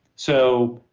so,